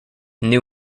new